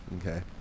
Okay